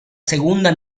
segunda